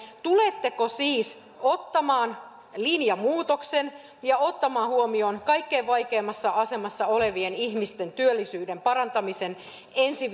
tuletteko siis ottamaan linjamuutoksen ja ottamaan huomioon kaikkein vaikeimmassa asemassa olevien ihmisten työllisyyden parantamisen ensi